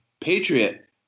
patriot